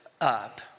up